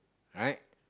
right